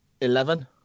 Eleven